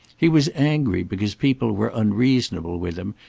he was angry because people were unreasonable with him,